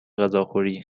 غذاخوری